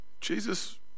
Jesus